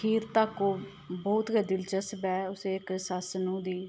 खीर तक ओह् बोह्त गै दिलचस्प ऐ उस च इक सस्स नूंह दी